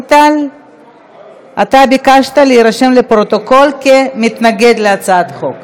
עכשיו, 47 בעד, 23 מתנגדים,